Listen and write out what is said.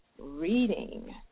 reading